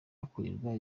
hakorerwa